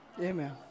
amen